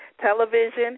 television